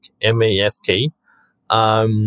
M-A-S-K